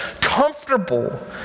comfortable